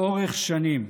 לאורך שנים.